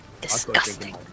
disgusting